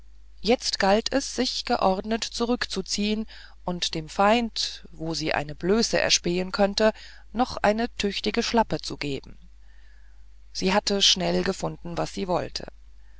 jetzt galt es sich geordnet zurückzuziehen und dem feind wo sie eine blöße erspähen könnte noch eine tüchtige schlappe zu geben sie hatte schnell gefunden was sie wollte